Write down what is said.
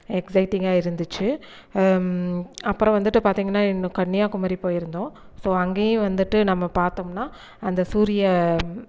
எக்ஸைட்டிங்காக இருந்துச்சு அப்புறம் வந்துட்டு பார்த்திங்கன்னா இன்னு கன்னியாகுமரி போயிருந்தோம் ஸோ அங்கேயும் வந்துட்டு நம்ம பார்த்தோம்னா அந்த சூரிய